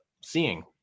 seeing